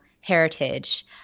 heritage